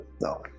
no